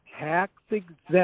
tax-exempt